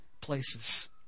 places